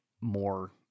more